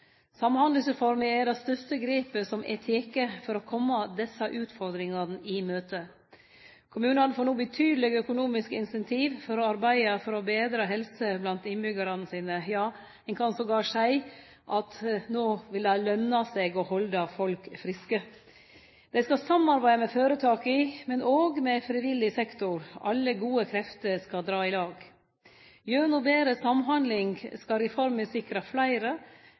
Samhandlingsreforma er det største grepet som er teke for å kome desse utfordringane i møte. Kommunane får no betydelege økonomiske incentiv for å arbeide for betre helse blant innbyggjarane sine – ja, ein kan attpåtil seie at no vil det løne seg å halde folk friske. Dei skal samarbeide med føretaka, men òg med frivillig sektor. Alle gode krefter skal dra i lag. Gjennom betre samhandling skal reforma sikre fleire,